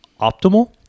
optimal